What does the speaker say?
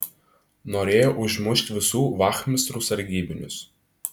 norėjo užmušt visų vachmistrų sargybinius